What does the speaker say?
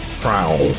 Prowl